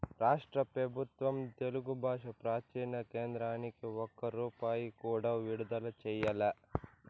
రాష్ట్ర పెబుత్వం తెలుగు బాషా ప్రాచీన కేంద్రానికి ఒక్క రూపాయి కూడా విడుదల చెయ్యలా